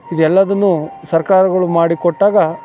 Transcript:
ಇದೆಲ್ಲದನ್ನು ಸರ್ಕಾರಗಳು ಮಾಡಿಕೊಟ್ಟಾಗ